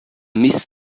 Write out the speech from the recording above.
mist